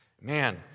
Man